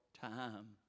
time